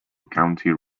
county